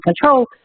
Control